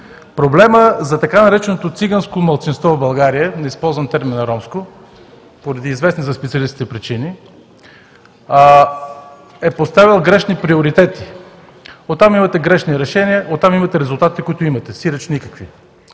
Проблемът за така нареченото „циганско малцинство“ в България, не използвам термина „ромско“ поради известни за специалистите причини, е поставил грешни приоритети, оттам имате грешни решения, оттам имате резултатите, които имате, сиреч – никакви.